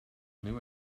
knew